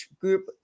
group